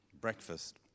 breakfast